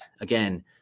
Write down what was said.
again